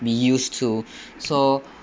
we used to so